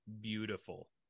beautiful